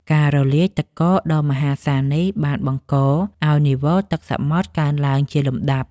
ការរលាយទឹកកកដ៏មហាសាលនេះបានបង្កឱ្យនីវ៉ូទឹកសមុទ្រកើនឡើងជាលំដាប់។